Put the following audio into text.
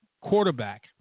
quarterback